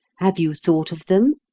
have you thought of them?